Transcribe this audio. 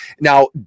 Now